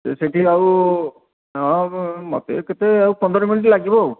ସେଠି ଆଉ ହଁ ମୋତେ ଆଉ କେତେ ଆଉ ପନ୍ଦର ମିନିଟ୍ ଲାଗିବ ଆଉ